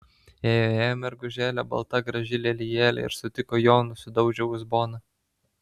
ėjo ėjo mergužėlė balta graži lelijėlė ir sutiko joną sudaužė uzboną